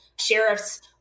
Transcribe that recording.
Sheriffs